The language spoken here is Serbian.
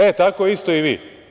E tako isto i vi.